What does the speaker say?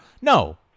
No